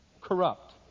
corrupt